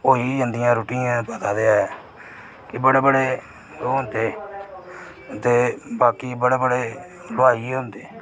होई गै जंदियां रुट्टी दा पता ते एह् कि बड़े बड़़े ओह् होंदे ते बाकी बड़े बड़े हलबाई होंदे